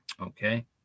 okay